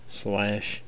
slash